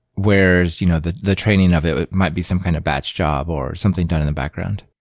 whereas you know the the training of it might be some kind of batch job or something done in the background.